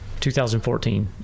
2014